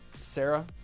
Sarah